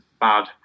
bad